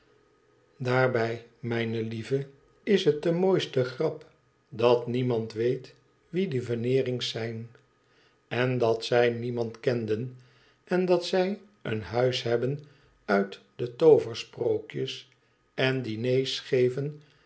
daarbij mijne lieve is het de mooiste grap dat niemand weet wie die veneerings zijn en dat zij niemand kenden en dat zij een huis hebben uit de tooversprookjes en diners geven